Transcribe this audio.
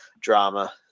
drama